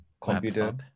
computer